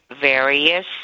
various